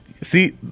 See